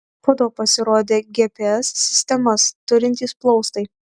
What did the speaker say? po to pasirodė gps sistemas turintys plaustai